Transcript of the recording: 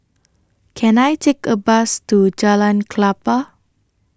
Can I Take A Bus to Jalan Klapa